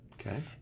Okay